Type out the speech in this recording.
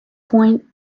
point